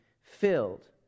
filled